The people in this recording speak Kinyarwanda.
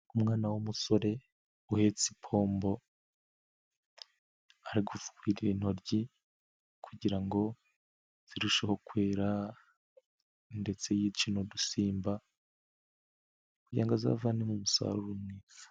Umwana w'umusore uhetsepombo, ari gufuhira intoryi kugira ngo zirushe kwera, ndetse yice mo udusimba, kugirango ngo azavanemo umusaruro mwiza.